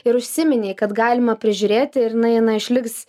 ir užsiminei kad galima prižiūrėti ir na jinai išliks